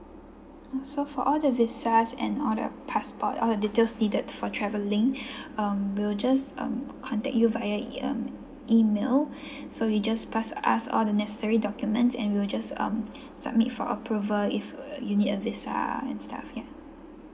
ah so for all the visas and all the passport all the details needed for traveling um we'll just um contact you via um email so we just pass ask the necessary documents and we'll just um submit for approval if you need a visa and stuff ya